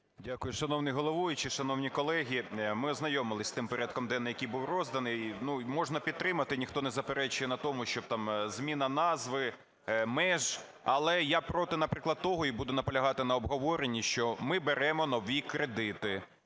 Дякую. Шановний Головуючий, шановні колеги! Ми ознайомилися з тим порядком денним, який був розданий. Можна підтримати, ніхто не заперечує на тому, щоб там зміна назви, меж. Але я проти, наприклад, того і буду наполягати на обговоренні, що ми беремо нові кредити.